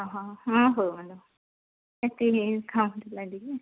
ହ ହଁ ହଉ ମ୍ୟାଡ଼ମ ଏତିକି ଖାଉଁଥିଲା ଟିକେ